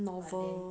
novel